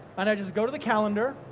and i just go to the calendar,